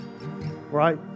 Right